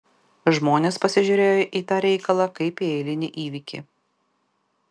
žmonės pasižiūrėjo į tą reikalą kaip į eilinį įvykį